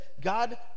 God